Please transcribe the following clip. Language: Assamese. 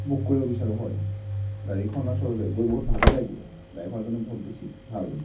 বুক কৰিব বিচাৰোঁ হয় গাড়ীখন আচলতে গৈ বহুত ভালে লাগিলে ড্ৰাইভাৰজনো বহুত বেছি ভাল